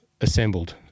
assembled